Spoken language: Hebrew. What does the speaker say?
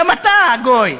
גם אתה גוי,